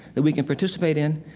that we can participate in,